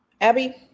Abby